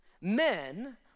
men